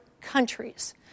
countries